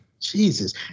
Jesus